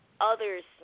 others